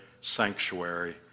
sanctuary